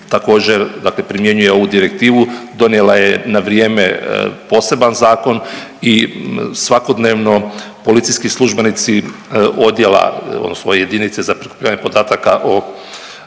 dakle primjenjuje ovu direktivu, donijela je na vrijeme poseban zakon i svakodnevno policijski službenici odjela odnosno jedinice za prikupljanje podataka o